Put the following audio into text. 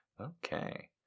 Okay